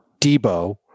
Debo